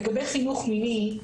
לגבי חינוך מיני,